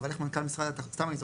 אבל איך מנכ״ל משרד התחבורה,